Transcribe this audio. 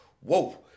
whoa